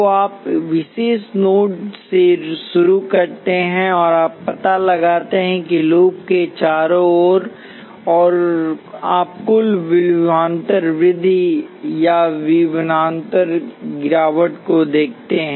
तो आप विशेष नोड से शुरू करते हैं और आप पता लगाते हैं लूप के चारों ओर और आप कुलविभवांतर वृद्धि याविभवांतर गिरावट को देखते हैं